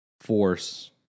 force